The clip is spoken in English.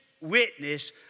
witness